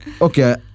okay